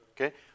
Okay